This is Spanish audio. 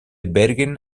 bergen